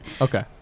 Okay